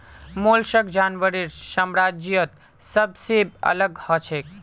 mollusc जानवरेर साम्राज्यत सबसे अलग हछेक